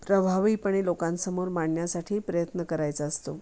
प्रभावीपणे लोकांसमोर मांडण्यासाठी प्रयत्न करायचा असतो